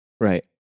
Right